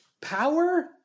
power